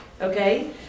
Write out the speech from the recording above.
okay